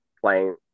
playing